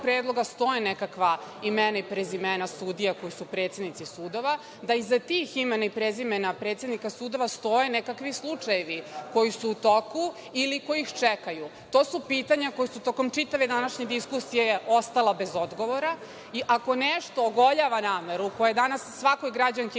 predloga stoje nekakva imena i prezimena sudija koji su predsednici sudova, da iza tih imena i prezimena predsednika sudova stoje nekakvi slučajevi koji su u toku ili koji ih čekaju. To su pitanja koja su tokom čitave današnje diskusije ostala bez odgovara. Ako nešto ogoljava nameru koja je danas svakoj građanki